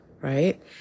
right